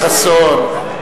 חסון,